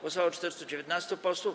Głosowało 419 posłów.